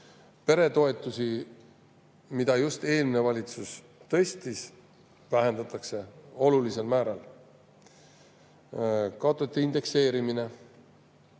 Peretoetusi, mida eelmine valitsus just tõstis, vähendatakse olulisel määral. Kaotatud on indekseerimine,